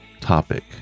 topic